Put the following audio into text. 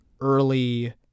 early